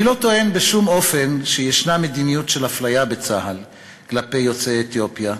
אני לא טוען בשום אופן שיש בצה"ל מדיניות של אפליה כלפי יוצאי אתיופיה,